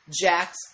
Jack's